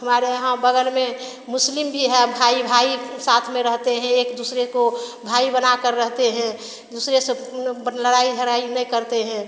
हमारे यहाँ बगल में मुस्लिम भी है भाई भाई साथ में रहते हैं एक दूसरे को भाई बनाकर रहते हैं दूसरे से लड़ाई झड़ाई नहीं करते हैं